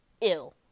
ill